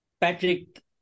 Patrick